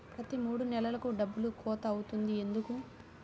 ప్రతి మూడు నెలలకు డబ్బులు కోత అవుతుంది ఎందుకు?